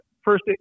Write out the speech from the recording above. first